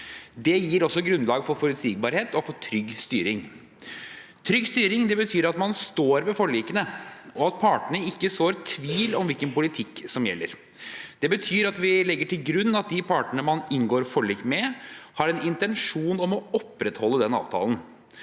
Det gir også grunnlag for forutsigbarhet og trygg styring. Trygg styring betyr at man står ved forlikene, og at partene ikke sår tvil om hvilken politikk som gjelder. Det betyr at vi legger til grunn at de partene man inngår forlik med, har en intensjon om å opprettholde den avtalen.